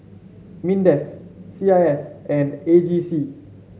Mindef C I S and A G C